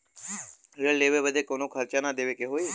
ऋण लेवे बदे कउनो खर्चा ना न देवे के होई?